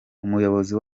umuyobozi